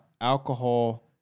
alcohol